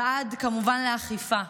ועד, כמובן, אכיפה.